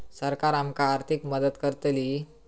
सरकार आमका आर्थिक मदत करतली?